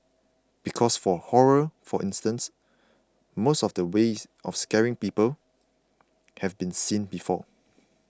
because for horror for instance most of the ways of scaring people have been seen before